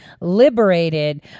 liberated